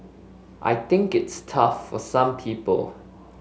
I think it's tough for some people